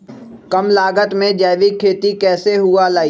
कम लागत में जैविक खेती कैसे हुआ लाई?